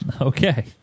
Okay